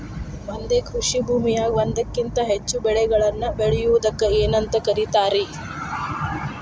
ಒಂದೇ ಕೃಷಿ ಭೂಮಿಯಾಗ ಒಂದಕ್ಕಿಂತ ಹೆಚ್ಚು ಬೆಳೆಗಳನ್ನ ಬೆಳೆಯುವುದಕ್ಕ ಏನಂತ ಕರಿತಾರಿ?